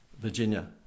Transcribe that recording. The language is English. Virginia